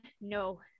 No